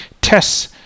tests